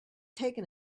taken